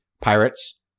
pirates